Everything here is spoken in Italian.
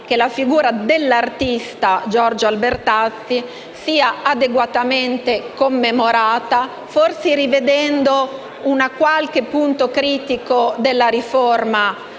la figura dell'artista Giorgio Albertazzi sia adeguatamente commemorata, magari rivedendo qualche punto critico della riforma